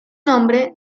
nombre